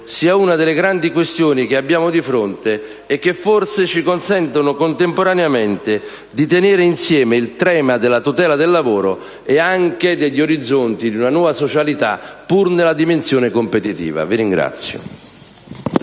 sia una delle grandi questioni che abbiamo di fronte e che, forse, ci consente contemporaneamente di tenere insieme il tema della tutela del lavoro e anche degli orizzonti di una nuova socialità, pur nella dimensione competitiva. *(Applausi